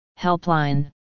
Helpline